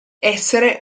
essere